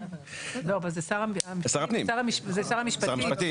זה שר המשפטים.